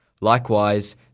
Likewise